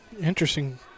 Interesting